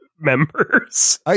members